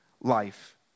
life